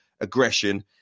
aggression